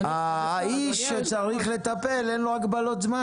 האיש שצריך לטפל, אין לו הגבלת זמן.